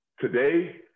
today